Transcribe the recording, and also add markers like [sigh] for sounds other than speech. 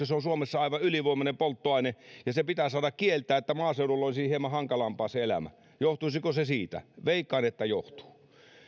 [unintelligible] se on suomessa aivan ylivoimainen polttoaine ja se pitää saada kieltää että maaseudulla olisi hieman hankalampaa se elämä johtuisiko se siitä veikkaan että johtuu